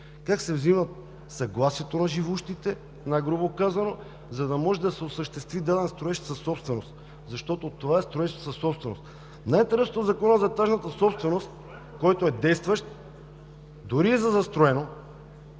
как се взима съгласието на живущите, най-грубо казано, за да може да се осъществи даден строеж в съсобственост, защото това е строеж в съсобственост. Най-интересното в Закона за етажната собственост, който е действащ, дори да е застроено,